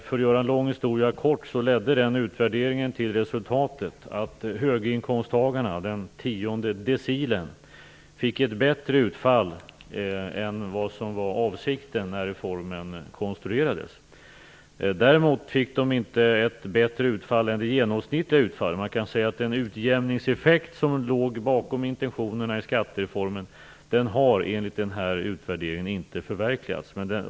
För att göra en lång historia kort skall jag bara säga att den utvärderingen ledde till resultatet att höginkomsttagarna, den tionde decilen, fick ett bättre utfall än vad som var avsikten när reformen konstruerades. Däremot fick de inte ett bättre utfall än det genomsnittliga utfallet. Man kan säga att den utjämningseffekt som låg bakom intentionerna i skattereformen har enligt utvärderingen inte förverkligats.